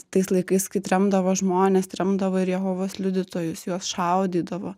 tais laikais kai tremdavo žmones tremdavo ir jehovos liudytojus juos šaudydavo